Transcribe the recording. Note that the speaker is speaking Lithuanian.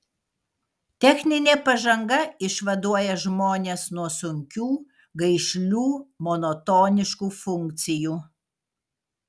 techninė pažanga išvaduoja žmones nuo sunkių gaišlių monotoniškų funkcijų